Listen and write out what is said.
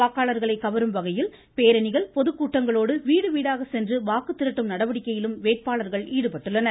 வாக்காளர்களை கவரும் வகையில் பேரணிகள் பொதுக் கூட்டங்களோடு வீடுவீடாக சென்று வாக்கு திரட்டும் நடவடிக்கையிலும் வேட்பாளர்கள் ஈடுபட்டுள்ளனர்